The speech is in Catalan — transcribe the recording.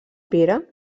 pere